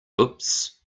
oops